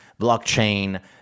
blockchain